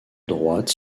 droite